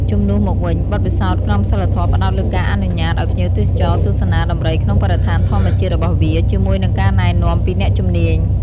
ជំនួសមកវិញ បទពិសោធន៍ក្រមសីលធម៌ផ្តោតលើការអនុញ្ញាតឲ្យភ្ញៀវទេសចរ ទស្សនាដំរីក្នុងបរិស្ថានធម្មជាតិរបស់វា ជាមួយនឹងការណែនាំពីអ្នកជំនាញ។